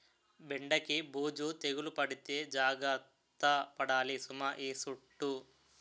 బెండకి బూజు తెగులు పడితే జాగర్త పడాలి సుమా ఈ సుట్టూ